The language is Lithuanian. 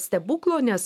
stebuklo nes